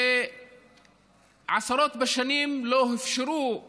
ועשרות שנים לא הופשרה